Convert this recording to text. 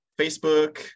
Facebook